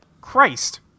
Christ